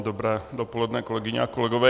Dobré dopoledne, kolegyně a kolegové.